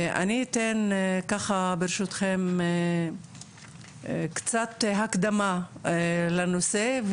אני אתן ברשותכם קצת הקדמה לנושא,